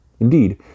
Indeed